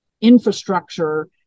infrastructure